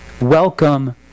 Welcome